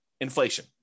Inflation